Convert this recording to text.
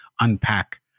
unpack